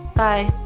bye!